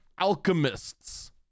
Alchemists